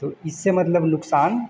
तो इससे मतलब नुकसान